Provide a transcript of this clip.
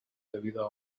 debido